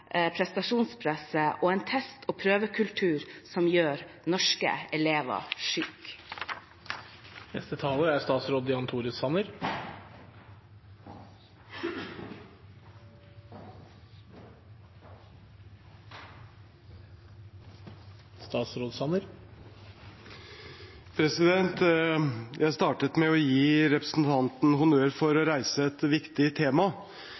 og en test- og prøvekultur som gjør norske elever syke? Jeg startet med å gi representanten Fagerås honnør for å reise et viktig tema,